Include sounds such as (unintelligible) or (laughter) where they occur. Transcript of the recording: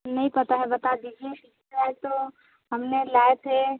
नहीं पता है बता दीजिए (unintelligible) हम ने लाए थे